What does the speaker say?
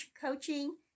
coaching